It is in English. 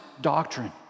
doctrine